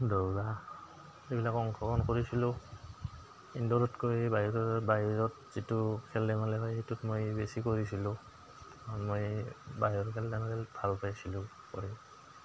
দৌৰা এইবিলাক অংশগ্ৰহণ কৰিছিলোঁ ইণ্ডোৰতকৈ বাহিৰৰ বাহিৰত যিটো খেল ধেমালি হয় সেইটোত মই বেছি কৰিছিলোঁ কাৰণ মই বাহিৰৰ খেল ধেমালি ভাল পাইছিলোঁ কৰি